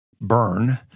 burn